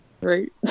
right